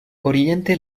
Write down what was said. oriente